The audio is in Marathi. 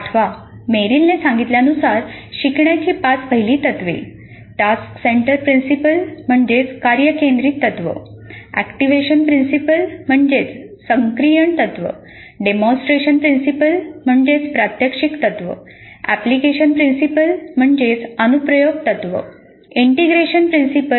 आठवा मेरिलने सांगितल्यानुसार शिकण्याची पाच पहिली तत्त्वे टास्क सेन्टर्ड प्रिन्सिपल